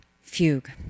Fugue